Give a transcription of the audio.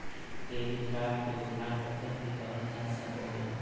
credit card के उधार पत्रक भी कहल जा सको हइ